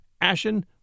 ashen